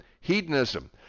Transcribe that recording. hedonism